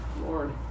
Lord